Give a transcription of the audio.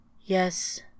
Yes